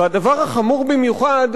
והדבר החמור במיוחד,